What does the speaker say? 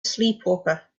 sleepwalker